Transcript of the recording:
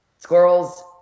Squirrels